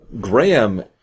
Graham